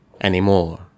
anymore